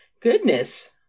Goodness